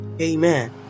Amen